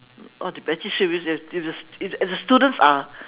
all depends if the the the students are